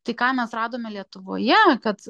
tai ką mes radome lietuvoje kad